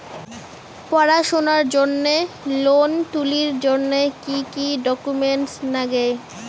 পড়াশুনার জন্যে লোন তুলির জন্যে কি কি ডকুমেন্টস নাগে?